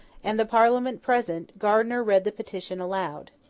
and the parliament present, gardiner read the petition aloud.